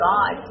God